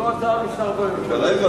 זו הצעה משר בממשלה.